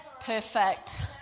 Perfect